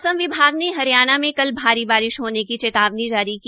मौमस विभाग ने हरियाणा में कल भारी बारिश होने की चेतावनी जारी की